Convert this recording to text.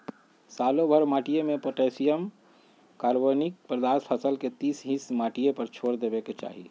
सालोभर माटिमें potassium, carbonic पदार्थ फसल के तीस हिस माटिए पर छोर देबेके चाही